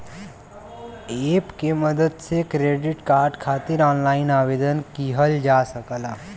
app के मदद से क्रेडिट कार्ड खातिर ऑनलाइन आवेदन किहल जा सकला